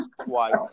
twice